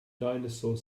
dinosaur